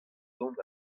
dont